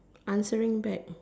answering back